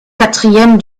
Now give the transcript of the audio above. quatrième